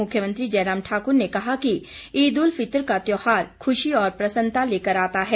मुख्यमंत्री जयराम ठाकुर ने कहा कि ईद उल फितर का त्यौहार खूशी और प्रसन्ता लेकर आता है